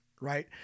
right